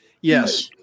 Yes